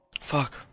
Fuck